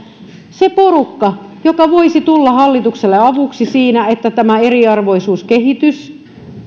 porukka joka voisi tulla hallitukselle avuksi siinä että tämä eriarvoisuuskehitys